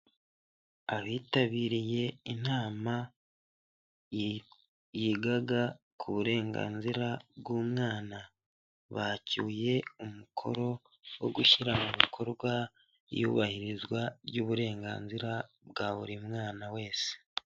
Abitabiriye inama, yigaga ku burenganzira bw'umwana. Bacyuye umukoro wo gushyira mu bikorwa iyubahirizwa ry'uburenganzira bwa buri mwana wese.